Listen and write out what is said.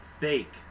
fake